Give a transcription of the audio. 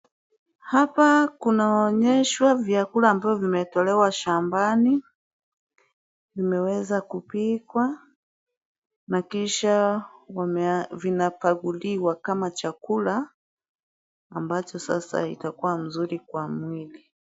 Hapa tunaonyeshwa vyakula ambavyo vimetolewa shambani, limeweza kupikwa na kisha vinapakuliwa kama chakula ambacho sasa kitakuwa mzuri kwa mwili.